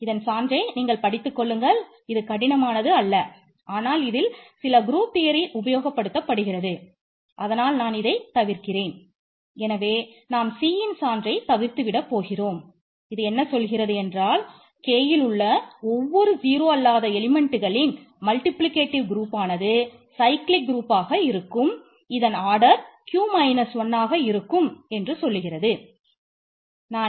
இதன் சான்றை நீங்கள் படித்துக் கொள்ளுங்கள் இது கடினமானது அல்ல ஆனால் இதில் சில குரூப் மற்றவற்றின் சான்றுகளைப் பார்க்கலாம்